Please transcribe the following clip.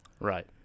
Right